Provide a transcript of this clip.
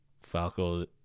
falco